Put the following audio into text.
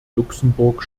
luxemburg